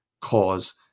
cause